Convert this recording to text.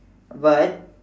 but